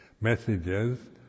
messages